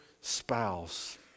spouse